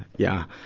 yeah.